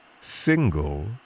single